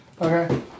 Okay